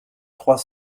trois